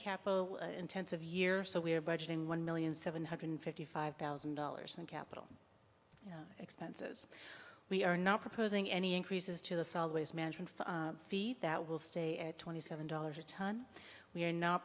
capital intensive year so we are budgeting one million seven hundred fifty five thousand dollars in capital expenses we are not proposing any increases to the solid waste management feed that will stay at twenty seven dollars a ton we are not